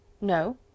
No